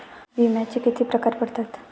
विम्याचे किती प्रकार पडतात?